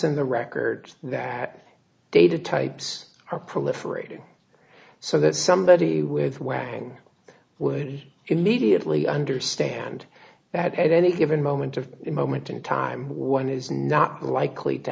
in the records that data types are proliferating so that somebody with whacking would immediately understand that at any given moment of the moment in time one is not likely to